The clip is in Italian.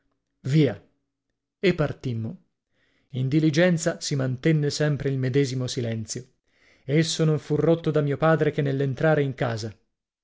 questa e partimmo in diligenza si mantenne sempre il medesimo silenzio esso non fu rotto da mio padre che nell'entrare in casa